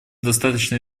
достаточно